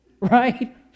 right